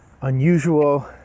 unusual